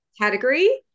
category